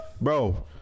Bro